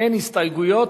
אין הסתייגויות.